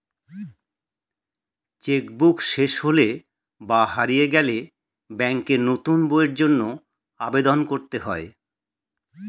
check book শেষ হলে বা হারিয়ে গেলে ব্যাঙ্কে নতুন বইয়ের জন্য আবেদন করতে হয়